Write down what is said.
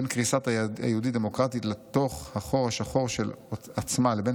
בין קריסת ה'יהודית-דמוקרטית' לתוך החור השחור של עצמה לבין